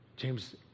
James